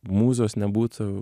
mūzos nebūtų